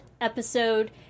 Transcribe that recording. episode